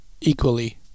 equally